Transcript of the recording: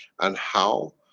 and how,